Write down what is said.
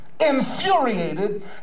infuriated